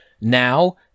now